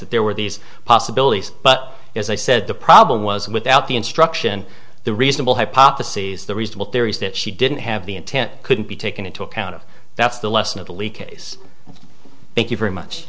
that there were these possibilities but as i said the problem was without the instruction the reasonable hypotheses the reasonable theories that she didn't have the intent couldn't be taken into account if that's the lesson of the leak case thank you very much